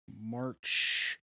March